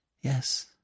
Yes